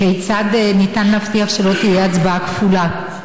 כיצד ניתן להבטיח שלא תהיה הצבעה כפולה,